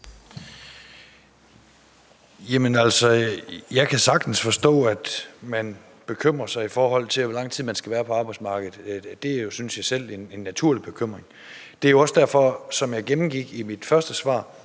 jeg kan sagtens forstå, at man bekymrer sig om, hvor lang tid man skal være på arbejdsmarkedet. Det synes jeg selv er en naturlig bekymring. Det er også derfor, som jeg gennemgik i mit første svar,